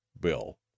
bill